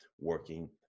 working